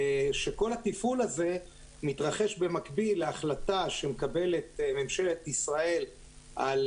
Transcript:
כשכל התפעול הזה מתקבל במקביל להחלטה שמקבלת ממשלת ישראל על